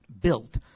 built